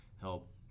help